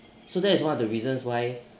so that is one of the reasons why